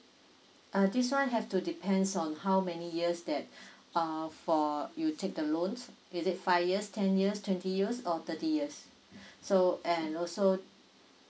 uh this one have to depends on how many years that err for you take the loans is it five years ten years twenty years or thirty years so and also